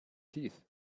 teeth